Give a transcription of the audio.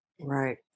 Right